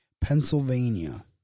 Pennsylvania